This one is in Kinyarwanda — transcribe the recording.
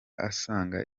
asanga